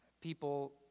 people